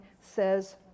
says